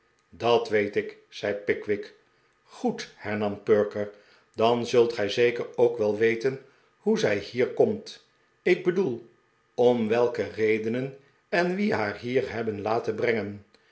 dat weet ik zei pickwick goed hernam perker dan zult gij zeker bok wel weten hoe zij hier komt ik bedoel om welke redenen en wie haar hier hebben laten brengen